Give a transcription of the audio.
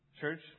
Church